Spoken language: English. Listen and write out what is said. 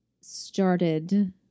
started